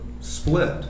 Split